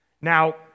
Now